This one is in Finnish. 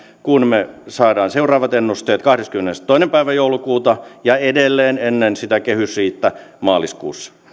kun me saamme seuraavat ennusteet kahdeskymmenestoinen päivä joulukuuta ja edelleen ennen sitä kehysriihtä maaliskuussa